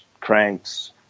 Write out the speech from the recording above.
cranks